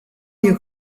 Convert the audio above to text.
you